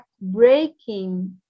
breaking